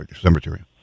Cemetery